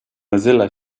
mozilla